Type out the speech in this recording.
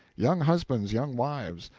young husbands, young wives,